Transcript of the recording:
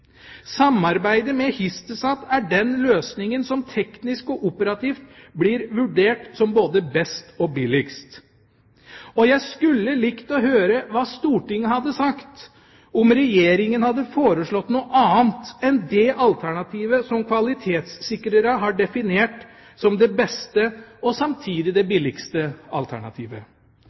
Samarbeidet med Hisdesat er den løsningen som teknisk og operativt blir vurdert som både best og billigst. Jeg skulle likt å høre hva Stortinget hadde sagt om Regjeringa hadde foreslått noe annet enn det alternativet som kvalitetssikrere har definert som det beste og samtidig det billigste alternativet.